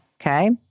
okay